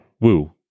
Woo